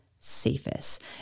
safest